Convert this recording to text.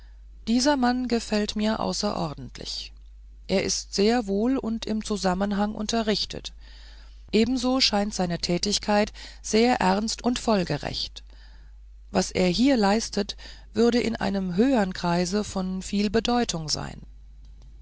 dieser mann gefällt mir außerordentlich er ist sehr wohl und im zusammenhang unterrichtet ebenso scheint seine tätigkeit sehr ernst und folgerecht was er hier leistet würde in einem höhern kreise von viel bedeutung sein